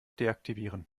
deaktivieren